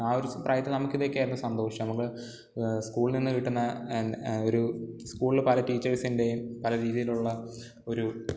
ആ ഒരു പ്രായത്തിൽ നമുക്കിതൊക്കെ ആയിരുന്നു സന്തോഷം നമുക്ക് സ്കൂളിൽ നിന്നു കിട്ടുന്ന എന്ത് ഒരു സ്കൂളിൽ പല ടീച്ചേഴ്സിൻ്റെയും പല രീതിയിലുള്ള ഒരു